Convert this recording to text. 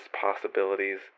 possibilities